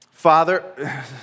Father